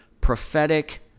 prophetic